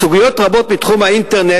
סוגיות רבות מתחום האינטרנט,